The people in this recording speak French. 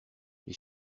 les